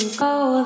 go